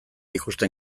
ikusten